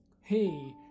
Hey